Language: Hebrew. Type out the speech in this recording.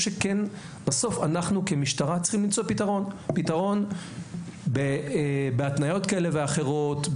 בסוף אנחנו כמשטרה צריכים למצוא פתרון בהתניות כאלה ואחרות,